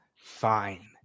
fine